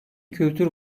kültür